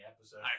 episode